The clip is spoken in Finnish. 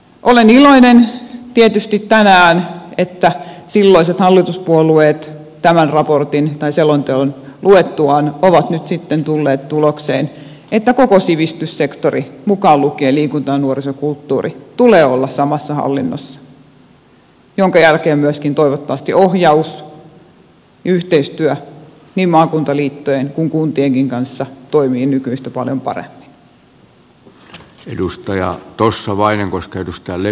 olen iloinen tietysti tänään että silloiset hallituspuolueet tämän raportin tai selonteon luettuaan ovat nyt sitten tulleet tulokseen että koko sivistyssektorin mukaan lukien liikunta ja nuoriso ja kulttuuri tulee olla samassa hallinnossa minkä jälkeen myöskin toivottavasti ohjaus yhteistyö niin maakuntaliittojen kuin kuntienkin kanssa toimii nykyistä paljon paremmin